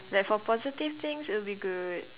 like for positive things it'll be good